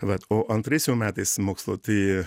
vat o antrais jau metais mokslo tai